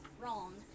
wrong